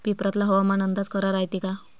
पेपरातला हवामान अंदाज खरा रायते का?